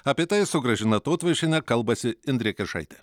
apie tai su gražina tautvaišiene kalbasi indrė kiršaitė